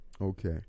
okay